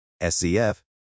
SCF